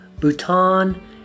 Bhutan